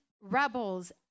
rebels